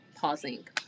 pausing